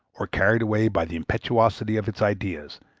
or carried away by the impetuosity of its ideas,